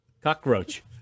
Cockroach